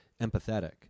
empathetic